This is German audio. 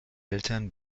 eltern